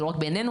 לא רק בעינינו,